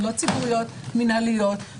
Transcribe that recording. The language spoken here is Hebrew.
הן לא ציבוריות מינהליות.